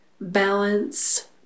balance